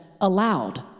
allowed